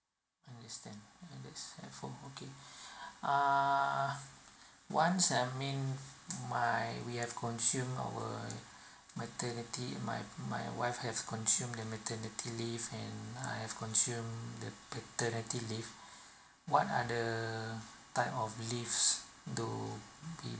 understand understand for okay err once I mean my we have consume our maternity my my wife has consumed the maternity and I have consumed the paternity leave what are the type of leave do we